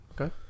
okay